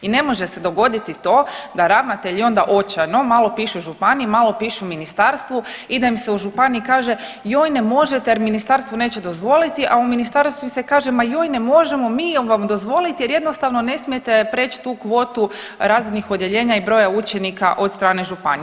I ne može se dogoditi to da ravnatelji onda očajno malo pišu županiji, malo pišu ministarstvu i da im se u županiji kaže joj ne možete jer ministarstvo neće dozvoliti, a u ministarstvu se kaže ma ne možemo vam mi dozvoliti jer jednostavno ne smijete preći tu kvotu razrednih odjeljenja i broja učenika od strane županije.